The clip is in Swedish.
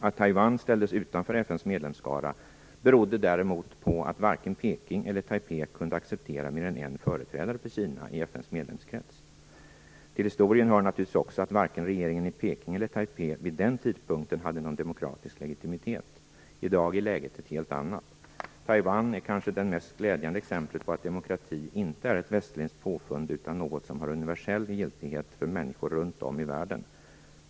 Att Taiwan ställdes utanför FN:s medlemsskara berodde däremot på att varken Peking eller Taipei kunde acceptera mer än en företrädare för Kina i FN:s medlemskrets. Till historien hör naturligtvis också att regeringen varken i Peking eller i Taipei vid den tidpunkten hade någon demokratisk legitimitet. I dag är läget ett helt annat. Taiwan är kanske det mest glädjande exemplet på att demokrati inte är ett västerländskt påfund utan något som har universell giltighet för människor runt om i världen.